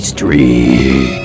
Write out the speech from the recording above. Street